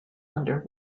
under